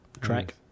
Track